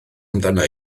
amdana